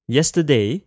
Yesterday